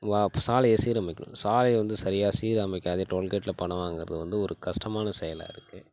வா ப் சாலையை சீரமைக்கணும் சாலையை வந்து சரியாக சீரமைக்காதே டோல்கேட்டில பணம் வாங்கறது வந்து ஒரு கஷ்டமான செயலாக இருக்கு